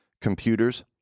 Computers